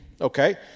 Okay